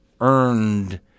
earned